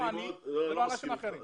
לא אותי לא אנשים אחרים.